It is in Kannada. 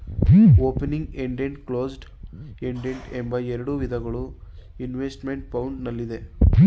ಓಪನಿಂಗ್ ಎಂಡೆಡ್, ಕ್ಲೋಸ್ಡ್ ಎಂಡೆಡ್ ಎಂಬ ಎರಡು ವಿಧಗಳು ಇನ್ವೆಸ್ತ್ಮೆಂಟ್ ಫಂಡ್ ನಲ್ಲಿದೆ